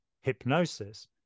hypnosis